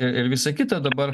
ir ir visa kita dabar